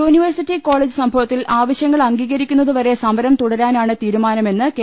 university college സംഭവത്തിൽ ആവശ്യങ്ങൾ അംഗീകരിക്കുന്നതുവരെ സമരം തുടരാനാണ് തീരുമാനമെന്ന് കെ